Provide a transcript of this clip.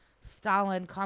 Stalin